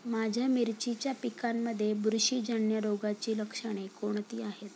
माझ्या मिरचीच्या पिकांमध्ये बुरशीजन्य रोगाची लक्षणे कोणती आहेत?